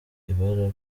ibara